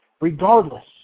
regardless